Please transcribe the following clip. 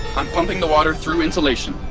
i'm pumping the water through insulation.